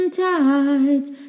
tides